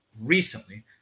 recently